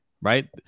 Right